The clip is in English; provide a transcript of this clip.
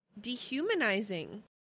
dehumanizing